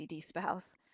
spouse